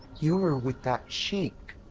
you were with that sheik.